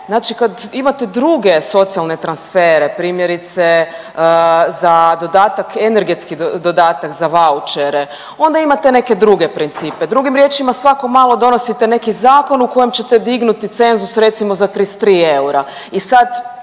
znači kad imate druge socijalne transfere, primjerice, za dodatak, energetski dodatak za vaučere, onda imate neke druge principe. Drugim riječima, svako malo donosite neki zakon u kojem ćete dignuti cenzus recimo, za 33 eura i sad,